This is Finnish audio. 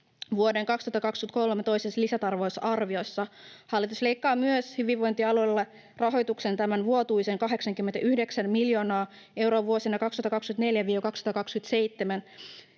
vuoden 2023 toisessa lisätalousarviossa. Hallitus leikkaa myös hyvinvointialueiden rahoituksen vuotuisen 89 miljoonaa euroa vuosina 2024—2027,